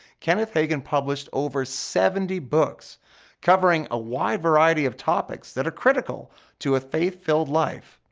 kenneth hagin published over seventy books covering a wide variety of topics that are critical to a faith-filled life.